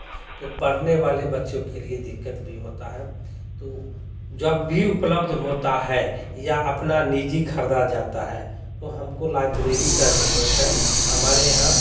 तो पढ़ने वाले बच्चो के लिए दिक्कत भी होता है तो जब भी उपलब्ध होता है या अपना निजी खरीदा जाता है तो हमको लाइब्रेरी का ज़रूरत है हमारे यहाँ